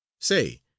Say